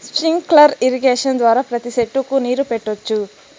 sprinkler irrigation ద్వారా ప్రతి సెట్టుకు నీరు పెట్టొచ్చు